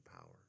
power